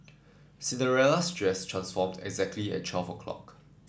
Cinderella's dress transformed exactly at twelfth o' clock